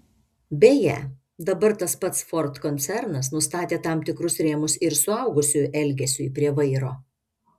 beje dabar tas pats ford koncernas nustatė tam tikrus rėmus ir suaugusiųjų elgesiui prie vairo